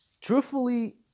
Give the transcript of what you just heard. Truthfully